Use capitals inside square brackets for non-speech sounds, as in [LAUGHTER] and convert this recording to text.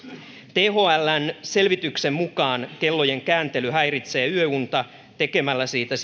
thln selvityksen mukaan kellojen kääntely häiritsee yöunta tekemällä siitä [UNINTELLIGIBLE]